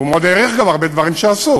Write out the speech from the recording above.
והוא מאוד העריך גם הרבה דברים שעשו,